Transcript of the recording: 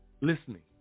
Listening